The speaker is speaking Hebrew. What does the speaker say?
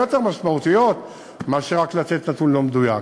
יותר משמעותיות מאשר רק לתת נתון לא מדויק.